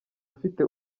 ufite